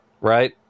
right